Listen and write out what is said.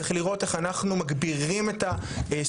צריך לראות איך אנחנו מגבירים את הסובלנות,